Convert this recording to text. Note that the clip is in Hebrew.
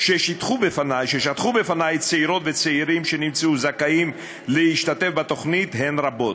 ששטחו בפני צעירות וצעירים שנמצאו זכאים להשתתף בתוכנית הן רבות.